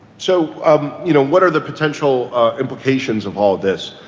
so um you know what are the potential implications of all this?